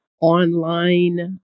online